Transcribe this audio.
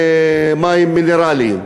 מים מינרליים.